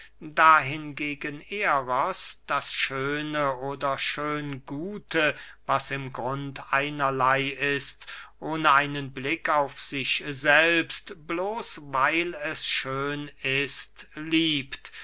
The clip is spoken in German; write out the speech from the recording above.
hingegen eros das schöne oder schöngute was im grund einerley ist ohne einen blick auf sich selbst bloß weil es schön ist liebt